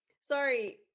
sorry